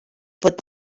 fod